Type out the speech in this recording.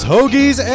Hoagies